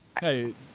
Hey